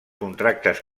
contractes